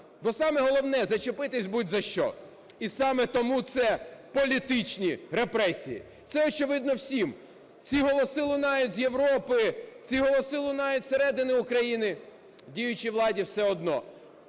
бо саме головне – зачепитись будь за що. І саме тому це політичні репресії. Це очевидно всім. Ці голоси лунають з Європи, ці голоси лунають зсередини України – діючій владі все одно.